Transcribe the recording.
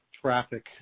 traffic